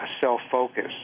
self-focus